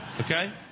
Okay